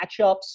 matchups